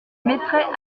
mettrai